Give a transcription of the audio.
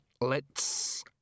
let's—